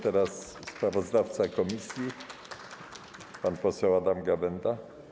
Teraz sprawozdawca komisji pan poseł Adam Gawęda.